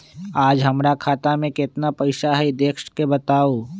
आज हमरा खाता में केतना पैसा हई देख के बताउ?